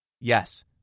Yes